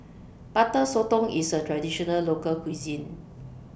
Butter Sotong IS A Traditional Local Cuisine